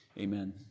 amen